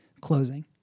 closing